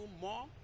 more